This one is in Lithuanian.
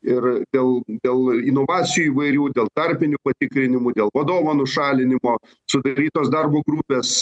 ir dėl dėl inovacijų įvairių dėl tarpinių patikrinimų dėl vadovo nušalinimo sudarytos darbo grupės